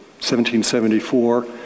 1774